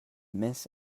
miss